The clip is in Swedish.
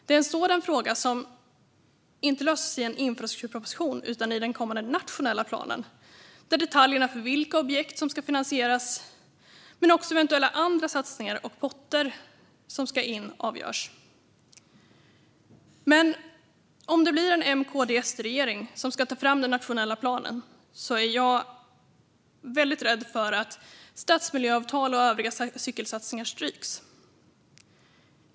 Det är en sådan fråga som inte löses i en infrastrukturproposition utan i den kommande nationella planen, där detaljerna för vilka objekt som ska finansieras men också eventuella andra satsningar och potter som ska in avgörs. Men om det blir en M-KD-SD-regering som ska ta fram den nationella planen är jag väldigt rädd för att stadsmiljöavtal och övriga cykelsatsningar stryks.